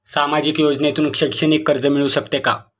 सामाजिक योजनेतून शैक्षणिक कर्ज मिळू शकते का?